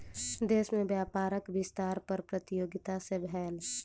देश में व्यापारक विस्तार कर प्रतियोगिता सॅ भेल